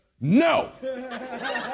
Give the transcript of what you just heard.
no